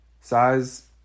size